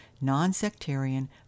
non-sectarian